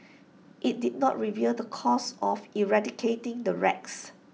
IT did not reveal the cost of eradicating the rats